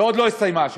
ועוד לא הסתיימה השנה.